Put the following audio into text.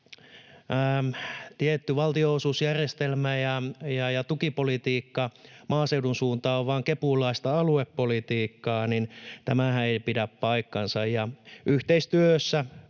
tietty valtionosuusjärjestelmä ja tukipolitiikka maaseudun suuntaan on vain kepulaista aluepolitiikkaa, niin tämähän ei pidä paikkaansa, ja toivon,